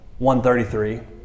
1:33